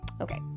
Okay